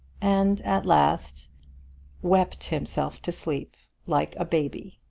and at last wept himself to sleep like a baby.